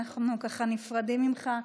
אנחנו ככה נפרדים ממך,